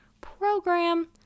Program